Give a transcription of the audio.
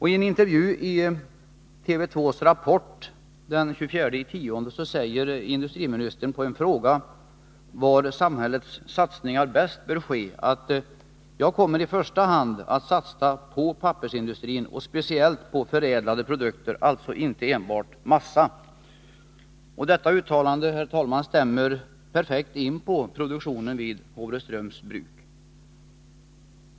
I en intervju i TV 2:s Rapport den 24 oktober svarade industriministern på en fråga om var samhällets satsningar främst borde ske att han i första hand skulle satsa på pappersindustrin, och då speciellt på förädlade produkter, alltså inte enbart massa. Detta uttalande, herr talman, stämmer perfekt in på produktionen vid Håvreströms Bruk.